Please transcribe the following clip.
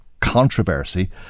controversy